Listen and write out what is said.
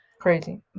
Crazy